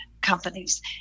companies